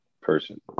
person